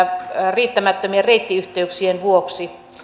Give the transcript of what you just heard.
riittämättömien reittiyhteyksien vuoksi